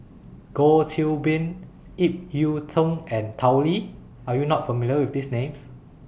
Goh Qiu Bin Ip Yiu Tung and Tao Li Are YOU not familiar with These Names